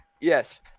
yes